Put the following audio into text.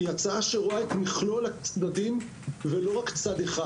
היא הצעה שרואה את מכלול הצדדים ולא רק צד אחד.